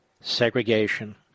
segregation